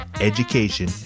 education